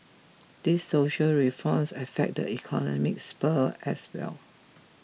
these social reforms affect the economic sphere as well